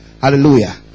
Hallelujah